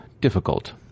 difficult